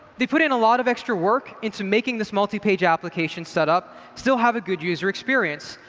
they put in a lot of extra work into making this multi-page application set up still have a good user experience.